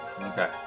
Okay